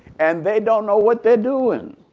and they don't know what they're doing.